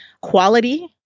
Quality